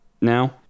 now